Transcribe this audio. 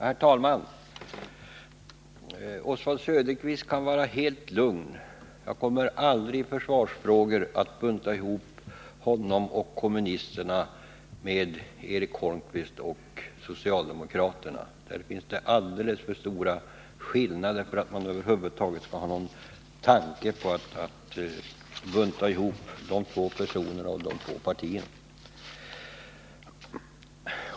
Herr talman! Oswald Söderqvist kan vara helt lugn — jag kommer aldrig att i försvarsfrågor bunta ihop honom och kommunisterna med Eric Holmqvist och socialdemokraterna. Skillnaderna mellan dem är alldeles för stora för att man över huvud taget skall ha någon tanke på att bunta ihop de två personerna och de två partierna.